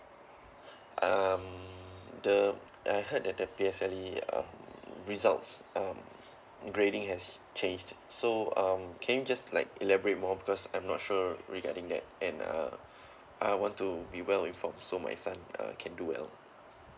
um the I heard that the P_S_L_E um results um grading has changed so um can you just like elaborate more because I'm not sure regarding that and uh I want to be well informed so my son uh can do well